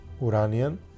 Uranian